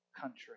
country